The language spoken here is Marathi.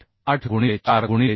8 गुणिले 4 गुणिले 4000